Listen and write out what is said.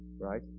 right